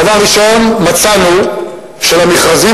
דבר ראשון, מצאנו שלמכרזים